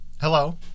Hello